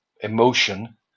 emotion